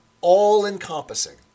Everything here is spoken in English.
all-encompassing